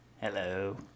Hello